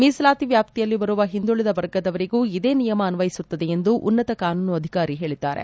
ಮೀಸಲಾತಿ ವ್ಯಾಪ್ತಿಯಲ್ಲಿ ಬರುವ ಹಿಂದುಳಿದ ವರ್ಗದವರಿಗೂ ಇದೇ ನಿಯಮ ಅನ್ವಯಿಸುತ್ತದೆ ಎಂದು ಉನ್ನತ ಕಾನೂನು ಅಧಿಕಾರಿ ಹೇಳಿದ್ದಾರೆ